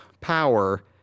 power